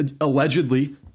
Allegedly